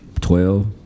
Twelve